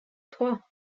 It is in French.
trois